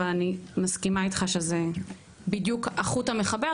אבל אני מסכימה איתך שזה בדיוק החוט המחבר,